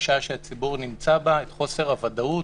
הקשה שהציבור נמצא בה, את חוסר הוודאות,